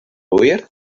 hwyr